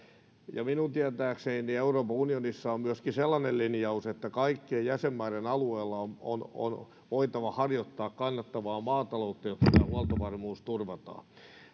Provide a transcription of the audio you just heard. minun tietääkseni euroopan unionissa on myöskin sellainen linjaus että kaikkien jäsenmaiden alueella on on voitava harjoittaa kannattavaa maataloutta jotta huoltovarmuus turvataan